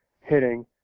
hitting